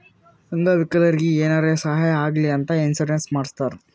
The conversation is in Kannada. ಅಂಗ ವಿಕಲರಿಗಿ ಏನಾರೇ ಸಾಹಾಯ ಆಗ್ಲಿ ಅಂತ ಇನ್ಸೂರೆನ್ಸ್ ಮಾಡಸ್ತಾರ್